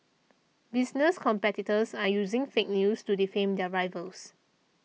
business competitors are using fake news to defame their rivals